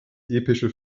epische